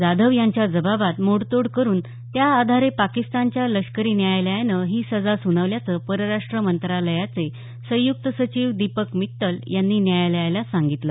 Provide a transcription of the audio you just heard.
जाधव यांच्या जबाबात मोडतोड करून त्या आधारे पाकिस्तानच्या लष्करी न्यायालयानं ही सजा सुनावल्याचं परराष्ट्र मंत्रालयाचे संयुक्त सचिव दीपक मित्तल यांनी न्यायालयाला सांगितलं